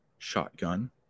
shotgun